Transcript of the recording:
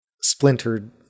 splintered